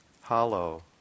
hollow